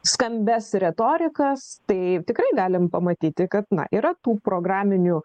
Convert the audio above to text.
skambias retorikos tai tikrai galim pamatyti kad nu yra tų programinių